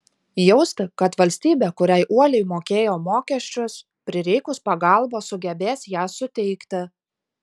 jausti kad valstybė kuriai uoliai mokėjo mokesčius prireikus pagalbos sugebės ją suteikti